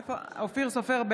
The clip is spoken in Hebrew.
סופר,